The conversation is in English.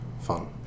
fun